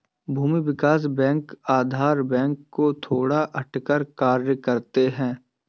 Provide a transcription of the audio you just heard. भूमि विकास बैंक साधारण बैंक से थोड़ा हटकर कार्य करते है